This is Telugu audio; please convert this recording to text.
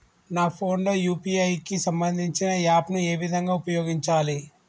నా ఫోన్ లో యూ.పీ.ఐ కి సంబందించిన యాప్ ను ఏ విధంగా ఉపయోగించాలి?